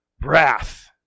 wrath